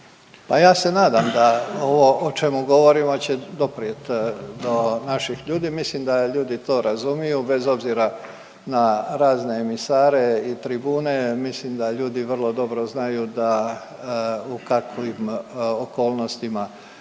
ja se nadam da ovo o čemu govorimo da će doprijet do naših ljudi, mislim da ljudi to razumiju bez obzira na razne misare i tribune, mislim da ljudi vrlo dobro znaju da, u kakvim okolnostima